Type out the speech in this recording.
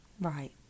Right